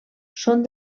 són